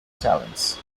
talents